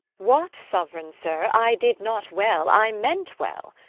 what, sovereign sir, i did not well, i meant well.